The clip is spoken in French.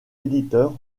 éditeur